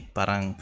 parang